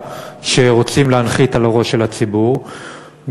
המפגינים שיוצאים לרחובות וגם